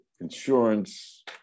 Insurance